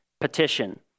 petition